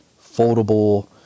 foldable